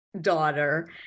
daughter